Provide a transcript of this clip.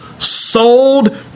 sold